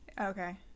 Okay